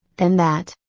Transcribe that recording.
than that,